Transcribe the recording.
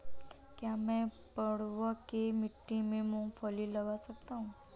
क्या मैं पडुआ की मिट्टी में मूँगफली लगा सकता हूँ?